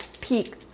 Peak